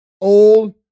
old